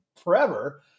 forever